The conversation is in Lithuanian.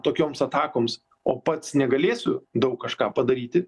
tokioms atakoms o pats negalėsiu daug kažką padaryti